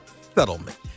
settlement